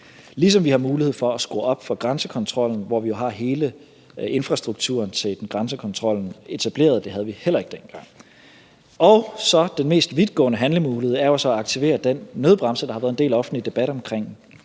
Ligeledes har vi mulighed for at skrue op for grænsekontrollen, hvor vi jo har hele infrastrukturen til grænsekontrollen etableret – det havde vi heller ikke dengang. Og så er den mest vidtgående handlemulighed at aktivere den nødbremse, som der har været en del offentlig debat omkring.